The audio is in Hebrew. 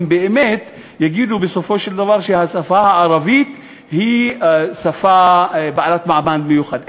אם באמת יגידו בסופו של דבר שהשפה הערבית היא שפה בעלת מעמד מיוחד.